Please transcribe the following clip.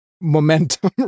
momentum